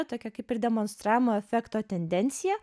tokia kaip ir demonstravimo efekto tendencija